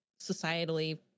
societally